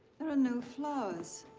there are no flowers.